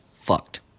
fucked